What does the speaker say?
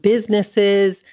businesses